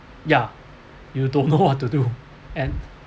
ya you don't know what to do and